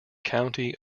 county